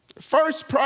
First